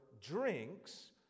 drinks